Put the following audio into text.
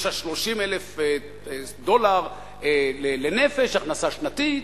יש לה 30,000 דולר לנפש הכנסה שנתית,